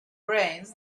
brains